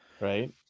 right